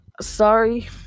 sorry